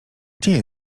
gdzie